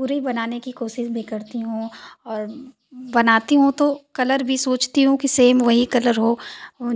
पूरी बनाने कि कोशिश भी करती हूँ और बनाती हूँ तो कलर भी सोचती हूँ कि सेम वही कलर हो